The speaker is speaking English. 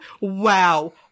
Wow